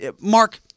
Mark